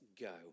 go